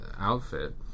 outfit